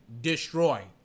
destroy